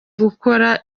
gukora